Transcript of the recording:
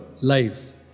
lives